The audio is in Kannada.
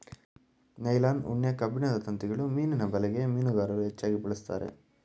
ನೈಲಾನ್, ಉಣ್ಣೆ, ಕಬ್ಬಿಣದ ತಂತಿಗಳು ಮೀನಿನ ಬಲೆಗೆ ಮೀನುಗಾರರು ಹೆಚ್ಚಾಗಿ ಬಳಸ್ತರೆ